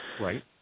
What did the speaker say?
right